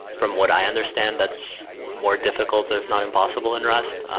from what i understand, that's more difficult if not impossible in rust,